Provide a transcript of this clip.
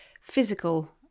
physical